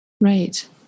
Right